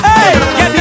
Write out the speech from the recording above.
Hey